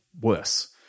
worse